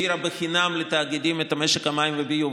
העבירה בחינם לתאגידים את משק המים והביוב.